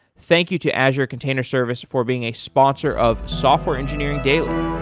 thank you to azure container service for being a sponsor of software engineering daily